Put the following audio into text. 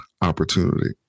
opportunity